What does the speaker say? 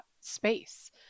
space